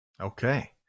Okay